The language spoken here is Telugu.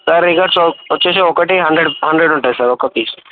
సార్ రికార్డ్స్ వచ్చేసి ఒకటి హండ్రెడ్ హండ్రెడ్ ఉంటుంది సార్ ఒక పీస్